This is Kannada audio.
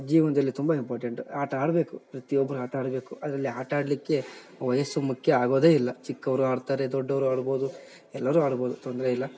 ಜೀವನದಲ್ಲಿ ತುಂಬ ಇಂಪಾರ್ಟೆಂಟು ಆಟ ಆಡಬೇಕು ಪ್ರತಿಯೊಬ್ಬರು ಆಟ ಆಡ್ಬೇಕು ಅದ್ರಲ್ಲಿ ಆಟ ಆಡಲಿಕ್ಕೆ ವಯಸ್ಸು ಮುಖ್ಯ ಆಗೋದೆ ಇಲ್ಲ ಚಿಕ್ಕವರು ಆಡ್ತಾರೆ ದೊಡ್ಡವರು ಆಡ್ಬೋದು ಎಲ್ಲರೂ ಆಡ್ಬೋದು ತೊಂದರೆ ಇಲ್ಲ